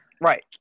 Right